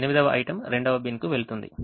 8వ item 2వ బిన్కు వెళుతుంది